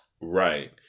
Right